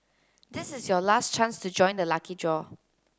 this is your last chance to join the lucky draw